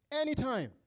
Anytime